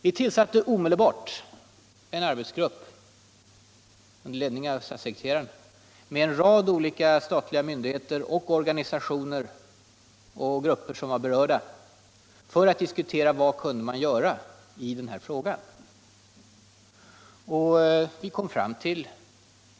Vi tillsatte omedelbart en arbetsgrupp under ledning av statssekreteraren och med representanter för en rad statliga myndigheter och organisationer som var berörda för att diskutera vad man kunde göra i den här frågan.